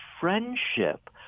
friendship